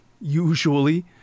usually